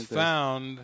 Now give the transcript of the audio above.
found